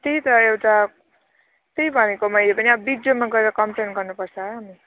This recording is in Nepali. त्यही त एउटा त्यही भनेको मैले पनि अब बिडिओमा गएर कम्प्लेन गर्नुपर्छ हामी